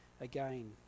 again